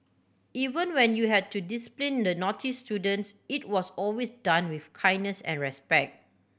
even when you had to discipline the naughty students it was always done with kindness and respect